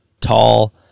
tall